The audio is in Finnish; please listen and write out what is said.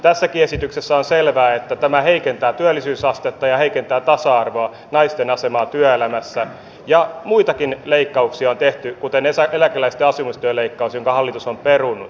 tässäkin on selvää että tämä esitys heikentää työllisyysastetta ja heikentää tasa arvoa naisten asemaa työelämässä ja muitakin leikkauksia on tehty kuten eläkeläisten asumistuen leikkaus jonka hallitus on perunut